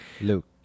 Luke